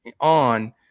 on